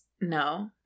No